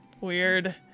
weird